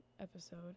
episode